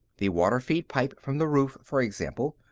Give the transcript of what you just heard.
the water-feed pipe from the roof, for example.